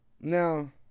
Now